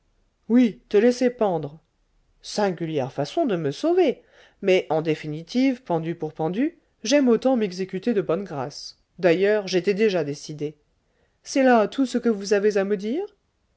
oui te laisser pendre singulière façon de me sauver mais en définitive pendu pour pendu j'aime autant m'exécuter de bonne grâce d'ailleurs j'étais déjà décidé c'est là tout ce que vous avez à me dire